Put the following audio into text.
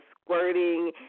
squirting